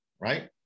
right